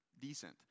decent